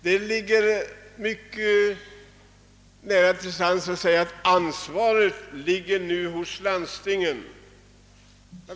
Det ligger mycket nära till hands att säga att ansvaret nu ligger hos landstingen.